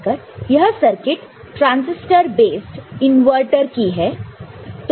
यह circuit transistor based inverter की है